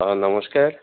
ହଁ ନମସ୍କାର